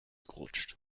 gerutscht